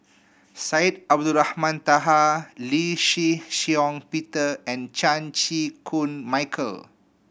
Syed Abdulrahman Taha Lee Shih Shiong Peter and Chan Chew Koon Michael